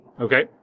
Okay